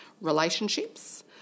relationships